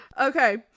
Okay